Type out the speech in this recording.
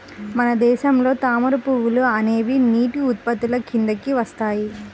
మన దేశంలో తామర పువ్వులు అనేవి నీటి ఉత్పత్తుల కిందికి వస్తాయి